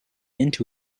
into